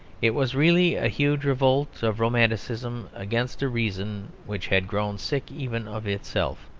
it was really a huge revolt of romanticism against a reason which had grown sick even of itself.